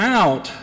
out